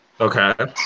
Okay